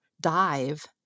dive